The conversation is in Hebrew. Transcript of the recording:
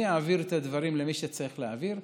אני אעביר את הדברים למי שצריך להעביר,